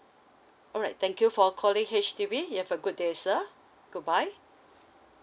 alright thank you for calling H_D_B you have a good day sir good bye